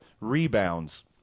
rebounds